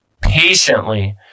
patiently